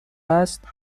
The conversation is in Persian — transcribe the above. است